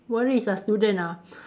worries ah student ah